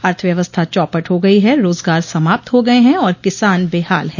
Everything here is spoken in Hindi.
अर्थव्यवस्था चौपट हो गई है रोजगार समाप्त हो गये है और किसान बेहाल है